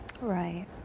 Right